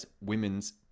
women's